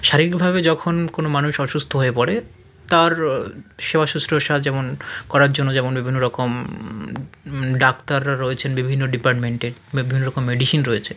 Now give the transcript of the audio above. শারীরিকভাবে যখন কোনো মানুষ অসুস্থ হয়ে পড়ে তার সেবা শুশ্রূষা যেমন করার জন্য যেমন বিভিন্ন রকম ডাক্তাররা রয়েছেন বিভিন্ন ডিপার্টমেন্টে বা বিভিন্ন রকম মেডিসিন রয়েছে